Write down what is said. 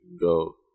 Go